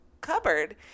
cupboard